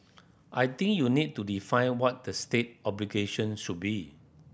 I think you need to define what the state obligation should be